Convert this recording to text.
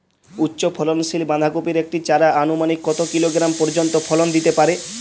উচ্চ ফলনশীল বাঁধাকপির একটি চারা আনুমানিক কত কিলোগ্রাম পর্যন্ত ফলন দিতে পারে?